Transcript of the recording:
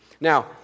Now